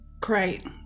Great